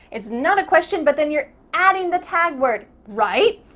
it's not a question, but then you're adding the tag word, right?